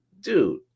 dude